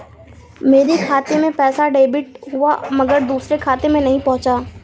मेरे खाते से पैसा डेबिट हुआ मगर दूसरे खाते में नहीं पंहुचा